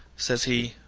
says he,